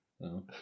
no